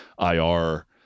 IR